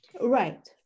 right